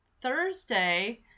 Thursday